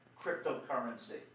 cryptocurrency